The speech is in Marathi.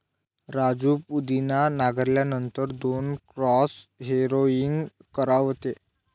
राजू पुदिना नांगरल्यानंतर दोन क्रॉस हॅरोइंग करावेत